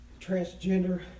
transgender